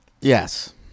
Yes